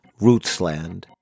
Rootsland